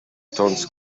stones